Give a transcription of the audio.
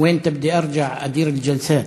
להלן תרגומם: